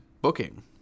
booking